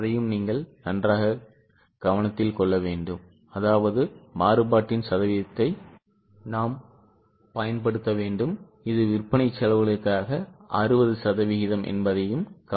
எனவே 596 என்பது விற்பனை செலவு X 0